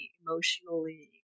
emotionally